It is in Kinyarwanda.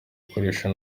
gukoreshwa